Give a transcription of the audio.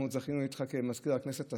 אנחנו זכינו להיות איתך כמזכיר הכנסת,